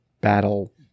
battle